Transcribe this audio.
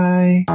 Bye